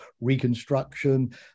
reconstruction